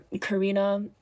Karina